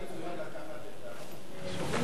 אני מוכן לקחת את הסיפור הזה.